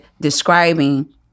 describing